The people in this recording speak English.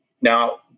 Now